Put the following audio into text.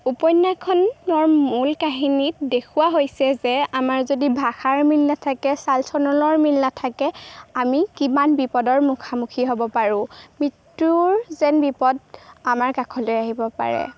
উপন্যাসখনৰ মূল কাহিনীত দেখুওৱা হৈছে যে আমাৰ যদি ভাষাৰ মিল নাথাকে চাল চলনৰ মিল নাথাকে আমি কিমান বিপদৰ মুখামুখি হ'ব পাৰোঁ মৃত্যুৰ যেন বিপদ আমাৰ কাষলৈ আহিব পাৰে